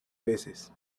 veces